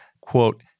quote